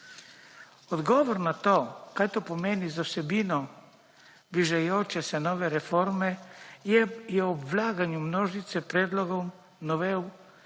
Odgovor na to, kaj to pomeni za vsebino bližajoče se nove reforme, je ob vlaganju množice predlogov novel